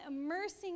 immersing